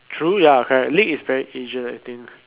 true ya correct league is very asian I think